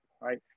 right